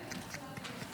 אני באה.